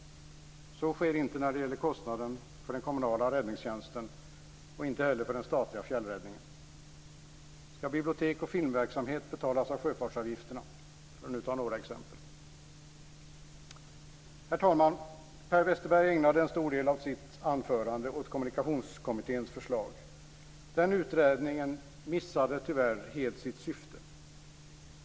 Så sker inte när det gäller kostnaderna för den kommunala räddningstjänsten och inte heller för den statliga fjällräddningen. Skall bibliotek och filmverksamhet betalas av sjöfartsavgifterna? Det var bara några exempel. Herr talman! Per Westerberg ägnade en stor del av sitt anförande åt Kommunikationskommitténs förslag. Den utredningen missade tyvärr helt sitt syfte.